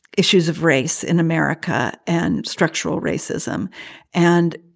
issues of race in america and structural racism and.